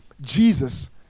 Jesus